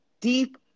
deep